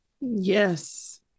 Yes